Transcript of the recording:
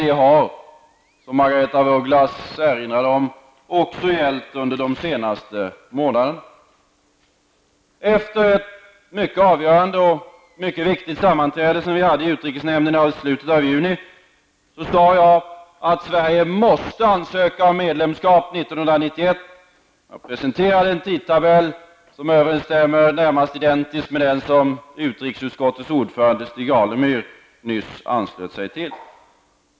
Det har också, som Margaretha af Ugglas erinrade om, gällt under de senaste månaderna. Efter ett mycket avgörande och mycket viktigt sammanträde som vi hade i utrikesnämnden i slutet av juni sade jag att Sverige måste ansöka om medlemskap 1991. Jag presenterade en tidtabell som närmast identiskt överensstämmer med den som utrikesutskottets ordförande Stig Alemyr nyss anslöt sig till.